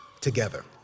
together